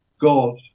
God